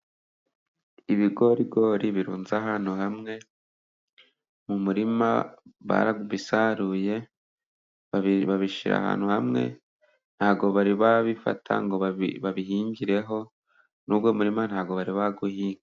Ibigorigori birunze ahantu hamwe mu murima, barabisaruye babishyira ahantu hamwe, ntabwo bari babifata ngo babihingireho, n'uwo murima ntabwo bari bawuhinga.